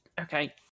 okay